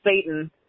Satan